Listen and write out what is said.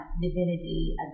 divinity